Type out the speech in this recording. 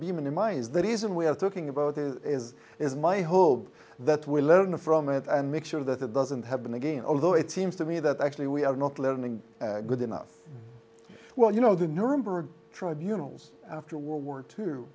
be minimized that is and we have talking about it is my hope that we learn from it and make sure that it doesn't happen again although it seems to me that actually we are not learning good enough well you know the nuremberg tribunals after world war two